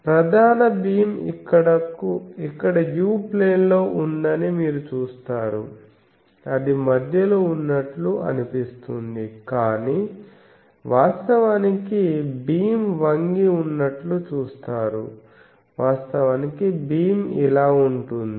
ప్రధాన భీమ్ ఇక్కడ u plane లో ఉందని మీరు చూస్తారు అది మధ్యలో ఉన్నట్లు అనిపిస్తుంది కాని వాస్తవానికి భీమ్ వంగి ఉన్నట్లు చూస్తారు వాస్తవానికి భీమ్ ఇలా ఉంటుంది